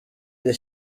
iri